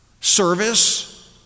service